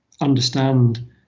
understand